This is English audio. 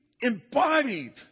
embodied